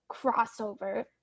Crossover